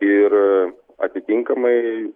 ir atitinkamai